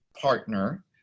partner